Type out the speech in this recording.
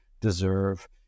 deserve